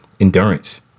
endurance